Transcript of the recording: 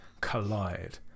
collide